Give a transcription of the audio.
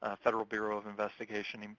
ah federal bureau of investigation, and